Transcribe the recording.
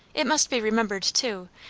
it must be remembered, too,